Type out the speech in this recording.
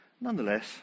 Nonetheless